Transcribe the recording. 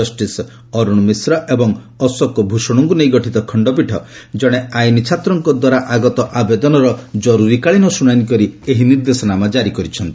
justice Arun Mishra ଏବଂ ଅଶୋକ ଭୂଷଣଙ୍କୁ ନେଇ ଗଠିତ ଖଣ୍ଡପୀଠ ଜଣେ ଆଇନ ଛାତ୍ରଙ୍କଦ୍ୱାରା ଆଗତ ଆବେଦନର ଜରୁରୀକାଳୀନ ଶୁଣାଣି କରି ଏହି ନିର୍ଦ୍ଦେଶନାମା କାରି କରିଛନ୍ତି